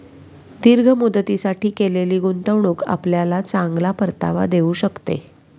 दीर्घ मुदतीसाठी केलेली गुंतवणूक आपल्याला चांगला परतावा देऊ शकते